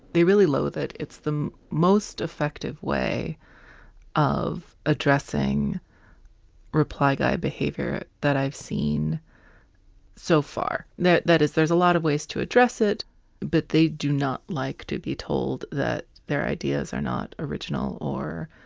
they really loathe it. it's the most effective way of addressing reply guy behavior that i've seen so far. no that is there's a lot of ways to address it but they do not like to be told that their ideas are not original or